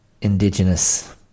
indigenous